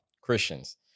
Christians